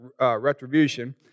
retribution